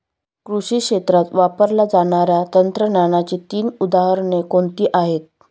कृषी क्षेत्रात वापरल्या जाणाऱ्या तंत्रज्ञानाची तीन उदाहरणे कोणती आहेत?